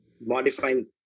modifying